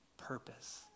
purpose